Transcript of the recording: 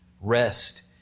Rest